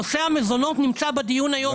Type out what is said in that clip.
נושא המזונות נמצא בדיון היום,